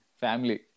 family